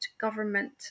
government